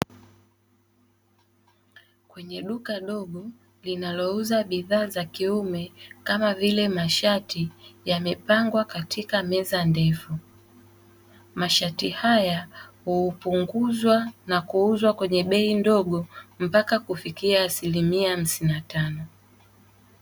Kwenye duka dogo linalouza bidhaa za kiume kama vile mashati yamepangwa katika meza ndefu. Mashati haya kuupunguza na kuuzwa kwenye bei ndogo mpaka kufikia asilimia hamsini na tano.